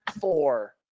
four